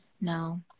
No